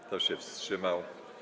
Kto się wstrzymał?